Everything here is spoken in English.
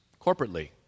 corporately